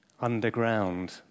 underground